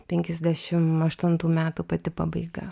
penkiasdešim aštuntų metų pati pabaiga